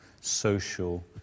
social